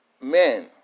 men